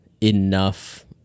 enough